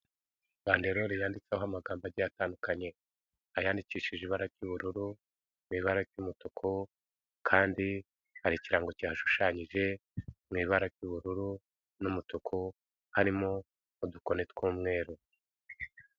Banderore yanditseho amagambo agiye atandukanye ayandikishije ibara ry'ubururu mu ibara ry'umutuku, kandi hari ikirango kihashushanyije mu ibara ry'ubururu n'umutuku, harimo n'udukoni tw'umweru.